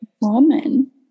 woman